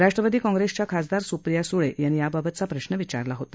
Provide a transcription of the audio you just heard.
राष्ट्रवादी काँग्रेसच्या खासदार स्प्रिया स्ळे यांनी याबाबतचा प्रश्न विचारला होता